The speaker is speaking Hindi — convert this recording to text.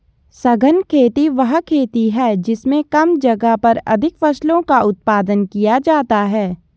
सघन खेती वह खेती है जिसमें कम जगह पर अधिक फसलों का उत्पादन किया जाता है